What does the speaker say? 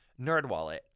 NerdWallet